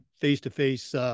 face-to-face